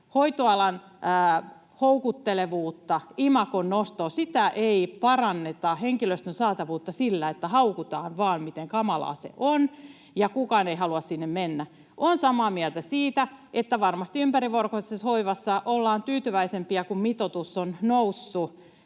hoitoalan houkuttelevuutta, imagon nostoa. Sitä henkilöstön saatavuutta ei paranneta sillä, että haukutaan vaan, miten kamalaa se on, ja kukaan ei halua sinne mennä. Olen samaa mieltä siitä, että varmasti ympärivuorokautisessa hoivassa ollaan tyytyväisempiä, kun mitoitus on noussut